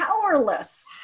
powerless